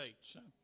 States